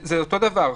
זה אותו דבר,